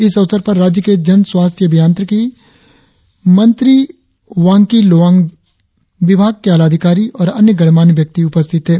इस अवसर पर राज्य के जनस्वास्थ्य अभियांत्रिकी मंत्री वांकी लोवांग विभाग के आला अधिकारी और अन्य गणमान्य व्यक्ति उपस्थित थे